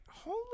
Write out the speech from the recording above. holy